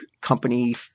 company